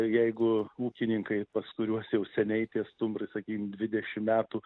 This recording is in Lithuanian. jeigu ūkininkai pas kuriuos jau seniai tie stumbrai sakykim dvidešimt metų